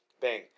Bang